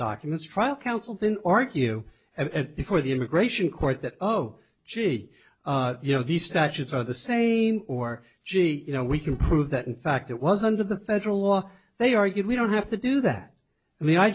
documents trial counsel didn't argue before the immigration court that oh gee you know these statutes are the saying or gee you know we can prove that in fact it was under the federal law they argued we don't have to do that